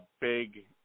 big